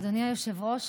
אדוני היושב-ראש,